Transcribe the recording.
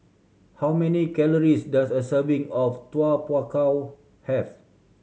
how many calories does a serving of Tau Kwa Pau have